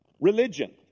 religion